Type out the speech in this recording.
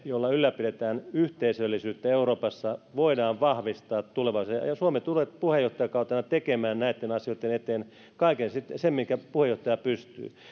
jolla ylläpidetään yhteisöllisyyttä euroopassa voidaan vahvistaa tulevaisuudessa ja suomi tulee puheenjohtajakautenaan tekemään näitten asioitten eteen kaiken sen minkä puheenjohtaja pystyy